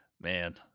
man